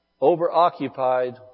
over-occupied